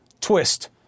twist